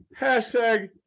hashtag